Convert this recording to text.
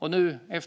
Det